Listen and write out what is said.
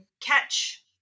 catch